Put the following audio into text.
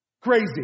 crazy